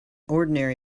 ordinary